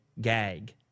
gag